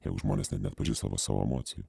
jeigu žmonės net neatpažįsta savo emocijų